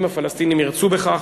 אם הפלסטינים ירצו בכך,